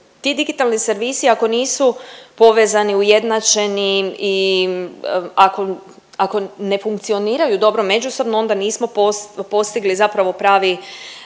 ti digitalni servisi ako nisu povezani, ujednačeni i ako, ako ne funkcioniraju dobro međusobno onda nismo postigli zapravo pravi,